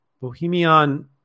Bohemian